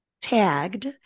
tagged